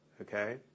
okay